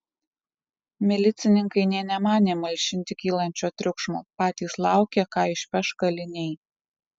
milicininkai nė nemanė malšinti kylančio triukšmo patys laukė ką išpeš kaliniai